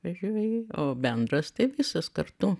važiuoji o bendras tai visos kartu